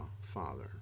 Father